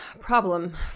problem